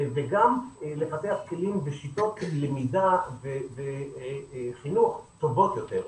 וגם לפתח כלים ושיטות למידה וחינוך טובות יותר,